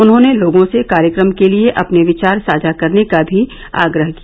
उन्होंने लोगों से कार्यक्रम के लिए अपने विचार साझा करने का भी आग्रह किया